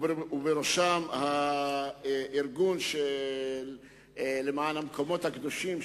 ובראשם הארגון למען המקומות הקדושים,